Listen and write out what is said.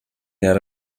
out